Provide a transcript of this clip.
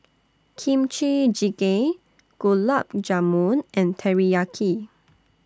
Kimchi Jjigae Gulab Jamun and Teriyaki